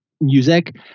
music